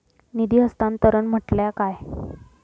निधी हस्तांतरण म्हटल्या काय?